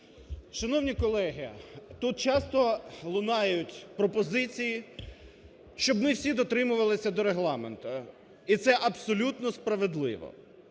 Шановні колеги, тут часто лунають пропозиції, щоб ми всі дотримувалися Регламенту, і це абсолютно справедливо.